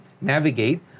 navigate